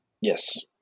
Yes